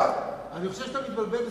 אני חושב שאתה מתבלבל בסדר-היום.